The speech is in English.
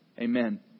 Amen